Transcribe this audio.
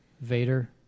Vader